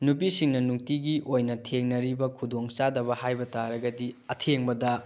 ꯅꯨꯄꯤꯁꯤꯡꯅ ꯅꯨꯡꯇꯤꯒꯤ ꯑꯣꯏꯅ ꯊꯦꯡꯅꯔꯤꯕ ꯈꯨꯗꯣꯡꯆꯥꯗꯕ ꯍꯥꯏꯕ ꯇꯥꯔꯒꯗꯤ ꯑꯊꯦꯡꯕꯗ